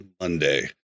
Monday